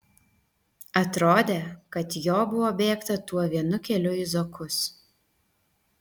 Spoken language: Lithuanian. atrodė kad jo buvo bėgta tuo vienu keliu į zokus